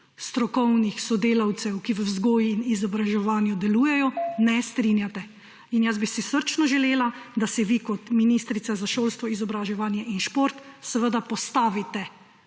strokovnih sodelavcev, ki v vzgoji in izobraževanju delujejo, ne strinjate. In jaz bi si srčno želela, da se vi kot ministrica za šolstvo, izobraževanje in šport seveda postavite